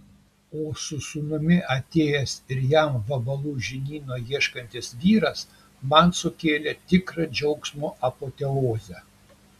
o su sūnumi atėjęs ir jam vabalų žinyno ieškantis vyras man sukėlė tikrą džiaugsmo apoteozę